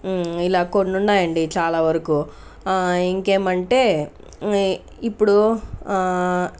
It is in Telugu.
ఇలా కొన్ని ఉన్నాయండి చాలా వరకు ఇంకేమంటే ఇ ఇప్పుడు